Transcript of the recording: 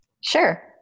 Sure